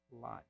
life